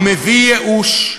הוא מביא ייאוש,